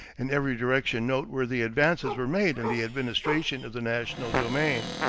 in every direction noteworthy advances were made in the administration of the national domain.